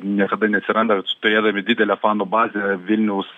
niekada neatsiranda turėdami didelę fanų bazę vilniaus